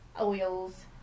oils